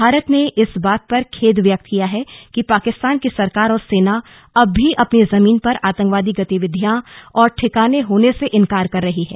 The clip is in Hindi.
भारत ने इस बात पर खेद व्यक्त किया है कि पाकिस्तान की सरकार और सेना अब भी अपनी जमीन पर आतंकवादी गतिविधियां और ठिकाने होने से इन्कार कर रही है